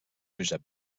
josep